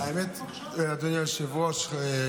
אדוני היושב-ראש,